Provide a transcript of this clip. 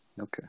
Okay